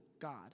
God